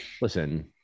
listen